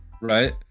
Right